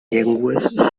llengües